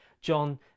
John